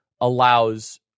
allows